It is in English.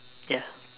ya